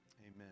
Amen